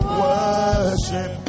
worship